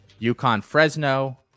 UConn-Fresno